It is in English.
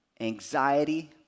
Anxiety